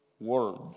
words